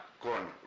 con